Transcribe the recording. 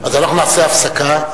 אנחנו נעשה הפסקה.